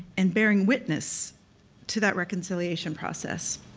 and bearing witness to that reconciliation process.